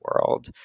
world